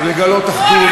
זו העת לגלות אחדות.